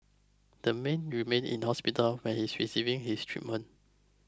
the man remain in hospital where he is receiving his treatment